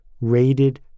rated